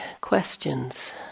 questions